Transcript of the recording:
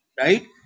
right